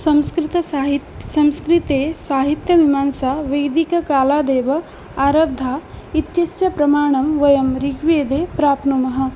संस्कृतसाहित् संस्कृते साहित्यविमांसा वैदिककालादेव आरब्धा इत्यस्य प्रमाणं वयं ऋग्वेदे प्राप्नुमः